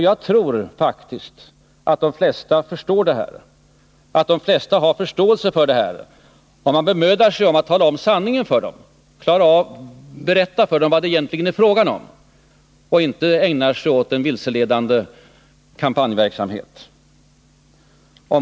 Jag tror faktiskt att de flesta förstår det här och att de flesta också har förståelse för det — om man bemödar sig om att tala om sanningen för dem, berättar för dem vad det egentligen är fråga om och inte ägnar sig åt en vilseledande kampanjverksamhet.